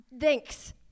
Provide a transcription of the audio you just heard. Thanks